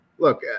Look